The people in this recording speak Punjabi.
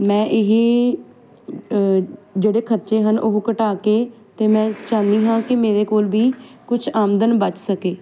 ਮੈਂ ਇਹ ਜਿਹੜੇ ਖਰਚੇ ਹਨ ਉਹ ਘਟਾ ਕੇ ਤੇ ਮੈਂ ਚਾਹੁੰਦੀ ਹਾਂ ਕਿ ਮੇਰੇ ਕੋਲ ਵੀ ਕੁਝ ਆਮਦਨ ਬਚ ਸਕੇ